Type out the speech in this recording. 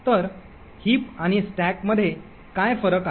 तर हिप आणि स्टॅकमध्ये काय फरक आहे